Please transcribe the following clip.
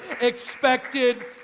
expected